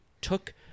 took